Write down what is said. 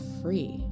free